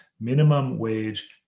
minimum-wage